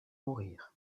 mourir